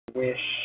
wish